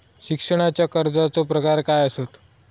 शिक्षणाच्या कर्जाचो प्रकार काय आसत?